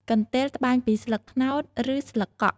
កន្ទេល ត្បាញពីស្លឹកត្នោត ឬស្លឹកកក់។